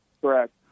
Correct